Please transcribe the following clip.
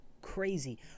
crazy